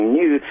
new